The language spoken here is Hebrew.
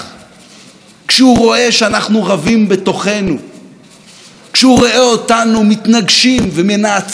כשהוא רואה אותנו מתנגשים ומנאצים ומקללים ושונאים ופוחדים וכועסים?